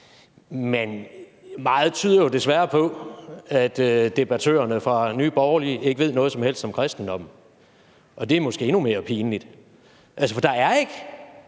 men meget tyder jo desværre på, at debattørerne fra Nye Borgerlige ikke ved noget som helst om kristendommen. Det er måske endnu mere pinligt. Der er ikke